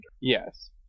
Yes